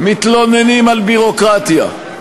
מתלוננים על ביורוקרטיה,